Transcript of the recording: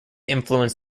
influence